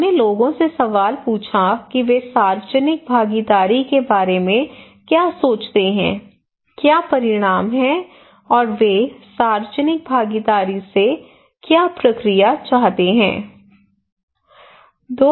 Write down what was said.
हमने लोगों से सवाल पूछा कि वे सार्वजनिक भागीदारी के बारे में क्या सोचते हैं क्या परिणाम हैं और वे सार्वजनिक भागीदारी से क्या प्रक्रिया चाहते हैं